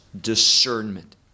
discernment